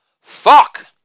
Fuck